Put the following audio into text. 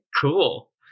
cool